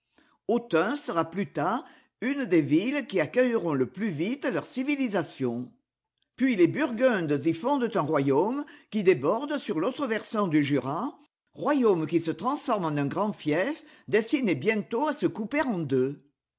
autun sera plus tard une des villes qui accueilleront le plus vite leur civilisation puis les burgundes y fondent un royaume qui déborde sur l'autre versant du jura royaume qui se transforme en un grand fief destiné bientôt à se couper en deux